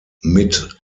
mit